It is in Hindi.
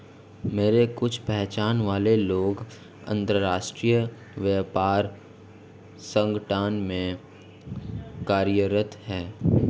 मेरे कुछ पहचान वाले लोग अंतर्राष्ट्रीय व्यापार संगठन में कार्यरत है